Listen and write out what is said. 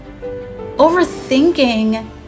Overthinking